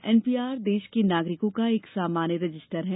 NPR देश के नागरिकों का एक सामान्य रजिस्टर है